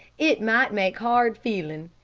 it might make hard feelin'.